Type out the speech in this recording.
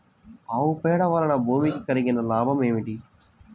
ఆవు పేడ వలన భూమికి కలిగిన లాభం ఏమిటి?